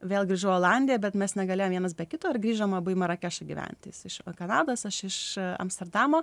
vėl grįžau į olandiją bet mes negalėjom vienas be kito ir grįžome abu į marakešą gyventi jis iš kanados aš iš amsterdamo